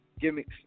gimmicks